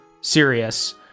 serious